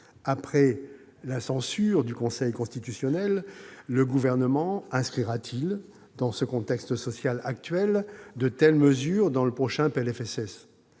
Après la censure du Conseil constitutionnel, le Gouvernement inscrira-t-il, dans le contexte social actuel, de telles mesures dans le prochain projet